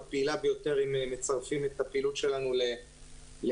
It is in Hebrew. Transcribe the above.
הפעילה ביותר אם מצרפים את הפעילות שלנו לאילת.